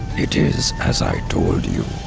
it is as i told you,